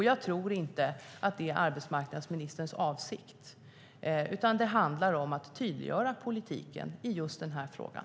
Jag tror inte att det är arbetsmarknadsministerns avsikt, utan det handlar om att tydliggöra politiken just i den här frågan.